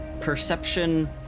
perception